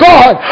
God